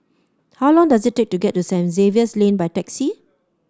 how long does it take to get to Saint Xavier's Lane by taxi